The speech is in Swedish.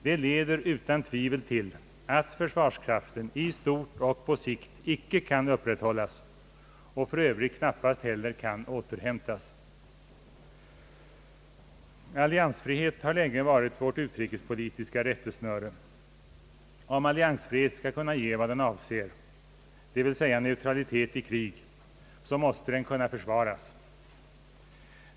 Det leder utan tvivel till att försvarskraften i stort och på sikt icke kan upprätthållas och för övrigt knappast heller kan återhämtas. Alliansfrihet har länge varit vårt utrikespolitiska rättesnöre. Om alliansfrihet skall kunna ge vad den avser, d. v. s. neutralitet i krig, måste den kunna försvaras.